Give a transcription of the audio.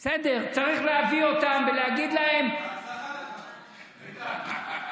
בסדר, צריך להביא אותם ולהגיד להם, בהצלחה לך.